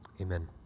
amen